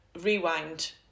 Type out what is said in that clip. Rewind